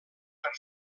per